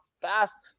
fast